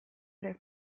ere